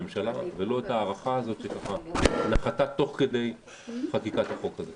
ללא ההארכה הזאת שנחתה תוך כדי חקיקת החוק הזה.